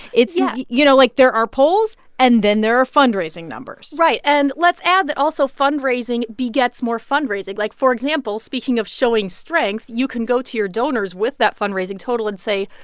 it's. yeah you know, like, there are polls. and then there are fundraising numbers right. and let's add that, also, fundraising begets more fundraising. like, for example, speaking of showing strength, you can go to your donors with that fundraising total and say,